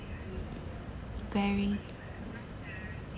very